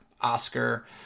Oscar